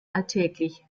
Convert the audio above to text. alltäglich